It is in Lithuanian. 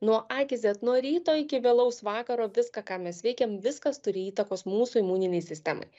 nuo a iki z nuo ryto iki vėlaus vakaro viską ką mes veikiam viskas turi įtakos mūsų imuninei sistemai